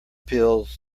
pills